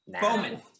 Bowman